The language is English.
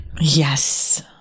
Yes